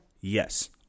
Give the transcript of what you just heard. yes